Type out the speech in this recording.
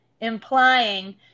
implying